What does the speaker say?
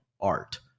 art